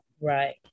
Right